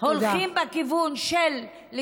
הולכים בכיוון של, תודה.